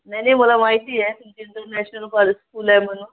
नाही नाही मला माहिती आहे तुमची इंटरनॅशनल कॉल स्कूल आहे म्हणून